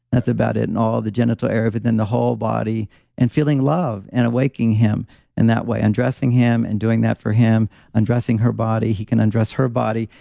that's about it and all the genital area within the whole body and feeling love and awaking him in that way and dressing him and doing that for him and dressing her body. he can undress her body.